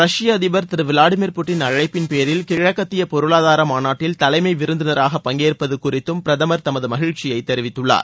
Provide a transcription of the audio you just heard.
ரஷ்ய அதிபர் திரு விளாடியீர் புட்டின் அழைப்பின்பேரில் கிழக்கத்திய பொருளாதார மாநாட்டில் தலைமை விருந்தினராக பங்கேற்பது குறித்தும் பிரதமர் தமது மகிழ்ச்சியை தெரிவித்துள்ளார்